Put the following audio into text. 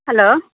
hello